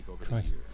Christ